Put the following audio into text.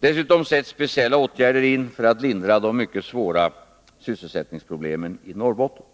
Dessutom sätts speciella åtgärder in för att lindra de mycket svåra sysselsättningsproblemen i Norrbotten.